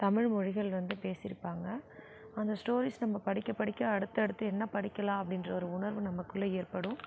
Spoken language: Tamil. தமிழ் மொழிகள் வந்து பேசிருப்பாங்க அந்த ஸ்டோரிஸ் நம்ம படிக்க படிக்க அடுத்தடுத்து என்ன படிக்கலாம் அப்படின்ற ஒரு உணர்வு நமக்குள்ளே ஏற்படும்